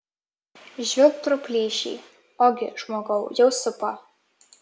žvilgt pro plyšį ogi žmogau jau supa